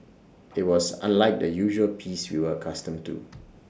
IT was unlike the usual peace we were accustomed to